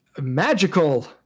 Magical